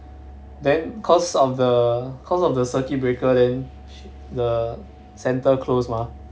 then cause of the cause of the circuit breaker then the centre close mah